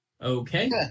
Okay